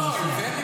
עם זה אין לי בעיה.